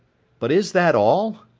but is that all?